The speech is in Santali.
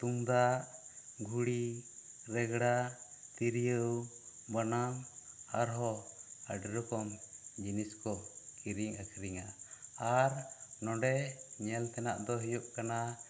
ᱛᱩᱢᱫᱟᱜ ᱜᱷᱩᱲᱤ ᱨᱮᱜᱽᱲᱟ ᱛᱤᱨᱭᱚᱣ ᱵᱟᱱᱟᱢ ᱟᱨ ᱦᱚᱸ ᱟᱹᱰᱤ ᱨᱚᱠᱚᱢ ᱡᱤᱱᱤᱥ ᱠᱚ ᱠᱤᱨᱤᱧ ᱟᱹᱠᱷᱨᱤᱧᱟ ᱟᱨ ᱱᱚᱸᱰᱮ ᱧᱮᱞ ᱛᱮᱱᱟᱜ ᱫᱚ ᱦᱩᱭᱩᱜ ᱠᱟᱱᱟ